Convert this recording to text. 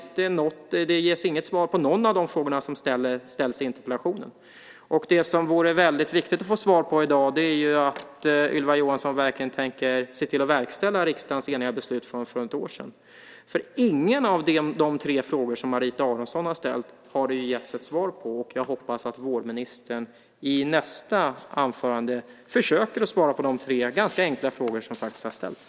Det ges inget svar på någon av de frågor som ställs i interpellationen. Det som det vore väldigt viktigt att få svar på i dag är ju om Ylva Johansson verkligen tänker se till att verkställa riksdagens eniga beslut från något år tillbaka. Ingen av de tre frågor som Marita Aronson har ställt har det ju getts ett svar på. Jag hoppas att vårdministern i nästa anförande försöker svara på de tre ganska enkla frågor som faktiskt har ställts.